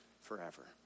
forever